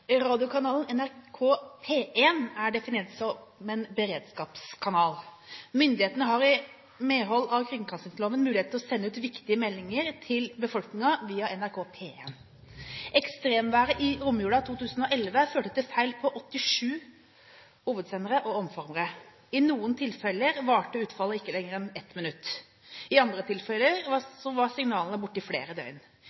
Radiokanalen NRK P1 er definert som beredskapskanal. Myndighetene har i medhold av kringkastingsloven mulighet til å sende ut viktige meldinger til befolkningen via NRK P1. Ekstremværet i romjula 2011 førte til feil på 87 hovedsendere og omformere. I noen tilfeller varte utfallet ikke lenger enn ett minutt. I andre tilfeller var